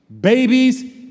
Babies